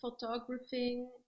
photographing